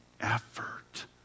effort